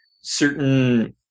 certain